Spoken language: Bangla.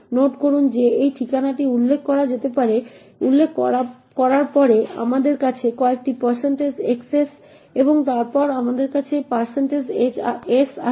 নোট করুন যে এই ঠিকানাটি উল্লেখ করার পরে এবং আমাদের কাছে কয়েকটি xs এবং তারপর একটি s আছে